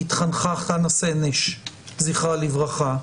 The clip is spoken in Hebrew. התחנכה חנה סנש זכרה לברכה,